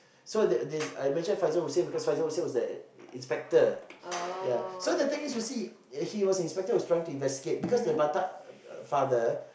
so they they I mention Faizal-Hussein because Faizal-Hussein was the inspector yeah so the thing is to see he was inspector trying to investigate because the batak uh father